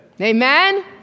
Amen